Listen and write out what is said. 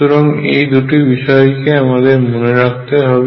সুতরাং এই দুটি বিষয়কে আমাদের মনে রাখতে হবে